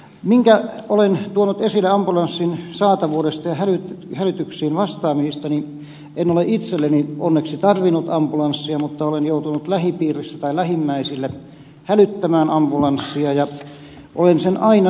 minkä olen tuonut esille ambulanssin saatavuudesta ja hälytyksiin vastaamisista niin en ole itselleni onneksi tarvinnut ambulanssia mutta olen joutunut lähipiirissä tai lähimmäisille hälyttämään ambulanssia ja olen sen aina saanut